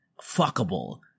fuckable